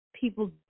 people